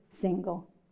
single